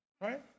Right